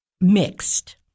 Mixed